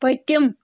پٔتِم